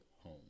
home